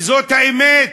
וזו האמת,